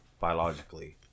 biologically